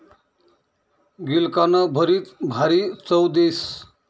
गिलकानं भरीत भारी चव देस